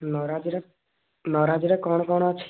ନରାଜର ନରାଜର କଣ କଣ ଅଛି